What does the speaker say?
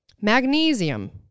Magnesium